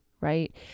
right